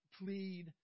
plead